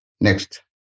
Next